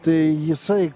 tai jisai